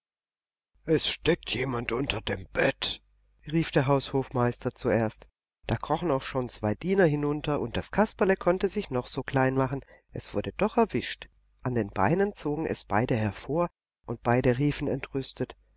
es steckt jemand unter dem bett rief der haushofmeister zuerst da krochen auch schon zwei diener hinunter und das kasperle konnte sich noch so klein machen es wurde doch erwischt an den beinen zogen es beide hervor und beide riefen entrüstet